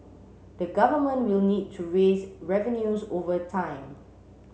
the government will need to raise revenues over time